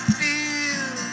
feel